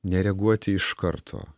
nereaguoti iš karto